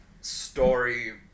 story